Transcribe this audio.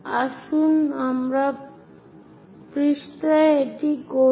আসুন আমরা পৃষ্ঠায় এটি করি